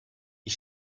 ich